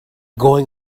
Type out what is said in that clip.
going